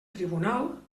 tribunal